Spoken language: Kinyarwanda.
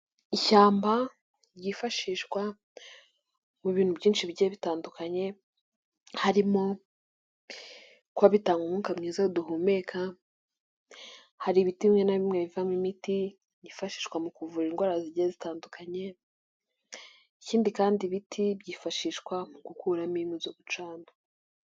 Ishyamba ryifashishwa mu bintu byinshi bigiye bitandukanye, harimo kuba bitanga umwuka mwiza duhumeka, hari ibiti bimwe na bimwe bivamo imiti yifashishwa mu kuvura indwara zigiye zitandukanye, ikindi kandi ibiti byifashishwa mu gukuramo inkwi zo gucana.